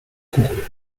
vigoureux